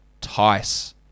Tice